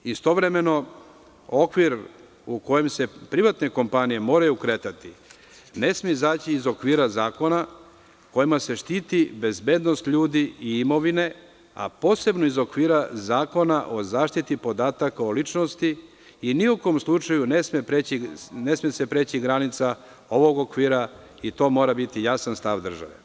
Istovremeno, okvir u kojem se privatne kompanije moraju kretati ne sme izaći iz okvira zakona kojima se štiti bezbednost ljudi i imovine, posebno iz okvira Zakona o zaštiti podataka o ličnosti i ni u kom slučaju ne sme se preći granica ovog okvira i to mora biti jasan stav države.